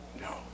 No